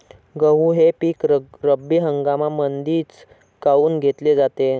गहू हे पिक रब्बी हंगामामंदीच काऊन घेतले जाते?